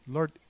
Lord